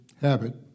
habit